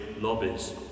lobbies